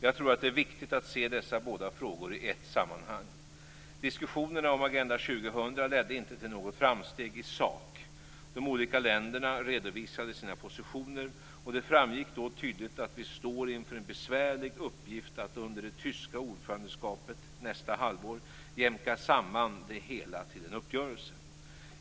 Jag tror att det är viktigt att se dessa båda frågor i ett sammanhang. Diskussionerna om Agenda 2000 ledde inte till något framsteg i sak. De olika länderna redovisade sina positioner, och det framgick då tydligt att vi står inför en besvärlig uppgift att under det tyska ordförandeskapet nästa halvår jämka samman det hela till en uppgörelse.